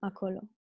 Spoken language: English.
Acolo